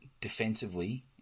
defensively